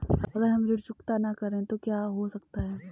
अगर हम ऋण चुकता न करें तो क्या हो सकता है?